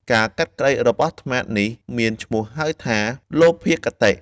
ការកាត់ក្ដីរបស់ត្នោតនេះ មានឈ្មោះហៅថា លោភាគតិ។